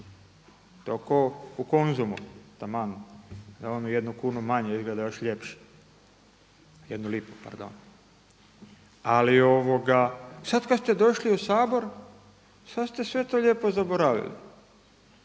kuna kao u Konzumu, jednu kunu manje da izgleda još ljepše. Jednu lipu, pardon. Ali sad kad ste došli u Sabor sad ste sve to lijepo zaboravili.